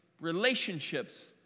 relationships